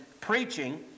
preaching